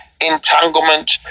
entanglement